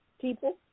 people